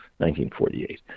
1948